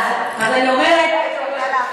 כמו שלא אומרים שהם,